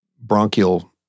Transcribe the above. bronchial